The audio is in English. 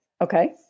Okay